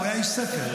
הוא היה איש ספר,